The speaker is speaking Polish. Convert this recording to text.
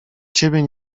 ciebie